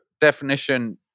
definition